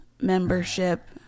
membership